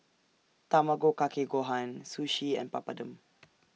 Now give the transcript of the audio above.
Tamago Kake Gohan Sushi and Papadum